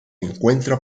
encuentra